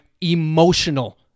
emotional